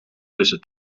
tussen